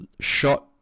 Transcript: shot